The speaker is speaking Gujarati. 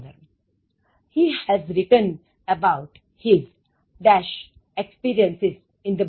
પંદર He has written about his -- experiences in the book